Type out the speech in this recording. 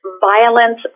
violence